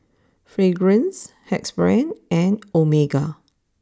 Fragrance Axe Brand and Omega